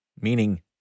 meaning